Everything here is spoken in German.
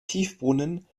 tiefbrunnen